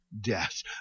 death